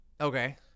Okay